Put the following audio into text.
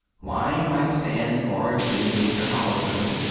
wine might stand for genuine catholicism,